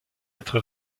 être